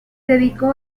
dedicó